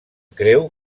creu